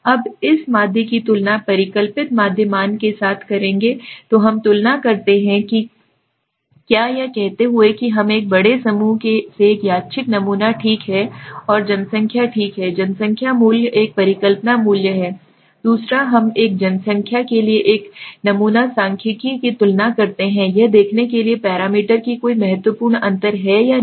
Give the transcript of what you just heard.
अब हम इस माध्य की तुलना परिकल्पित माध्य मान के साथ करेंगे तो हम तुलना करते हैं कि क्या है यह कहते हुए कि हम एक बड़े समूह से एक यादृच्छिक नमूना ठीक है और जनसंख्या ठीक है जनसंख्या मूल्य एक परिकल्पना मूल्य है दूसरा हम एक जनसंख्या के लिए एक नमूना सांख्यिकीय की तुलना करते हैं यह देखने के लिए पैरामीटर कि कोई महत्वपूर्ण अंतर है या नहीं